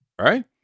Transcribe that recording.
right